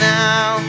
now